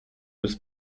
with